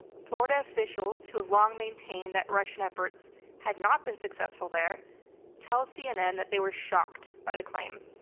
florida officials who have long maintained that russian efforts had not been successful there tell cnn that they were shocked by the claim.